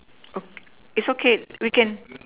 oak it's okay we can